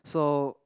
so